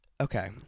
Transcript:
okay